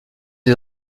des